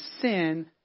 sin